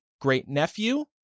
great-nephew